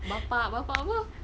bapa bapa apa